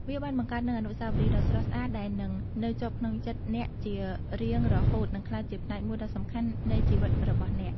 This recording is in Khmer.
វាបានបង្កើតនូវអនុស្សាវរីយ៍ដ៏ស្រស់ស្អាតដែលនឹងនៅជាប់ក្នុងចិត្តអ្នកជារៀងរហូតនិងក្លាយជាផ្នែកមួយដ៏សំខាន់នៃជីវិតរបស់អ្នក។